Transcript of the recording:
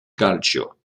calcio